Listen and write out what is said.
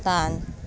तान्